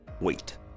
wait